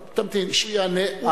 תמתין שהוא יענה.